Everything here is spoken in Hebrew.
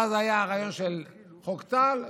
ואז היה הרעיון של חוק טל,